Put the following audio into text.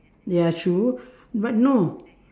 ya shoe but no